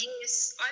yes